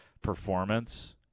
performance